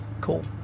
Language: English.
Cool